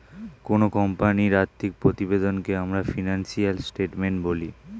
কোনো কোম্পানির আর্থিক প্রতিবেদনকে আমরা ফিনান্সিয়াল স্টেটমেন্ট বলি